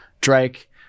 Drake